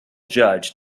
judge